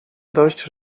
dość